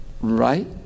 Right